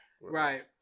right